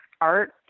Art